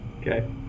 Okay